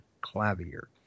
clavier